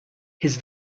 his